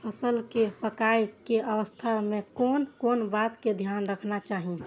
फसल के पाकैय के अवस्था में कोन कोन बात के ध्यान रखना चाही?